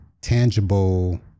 tangible